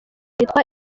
yitwa